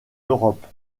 europe